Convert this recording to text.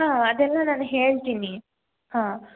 ಹಾಂ ಅದೆಲ್ಲ ನಾನು ಹೇಳ್ತಿನಿ ಹಾಂ